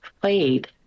played